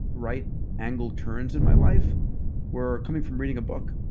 right angle turns in my life were coming from reading a book.